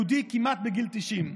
יהודי כמעט בגיל 90,